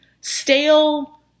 stale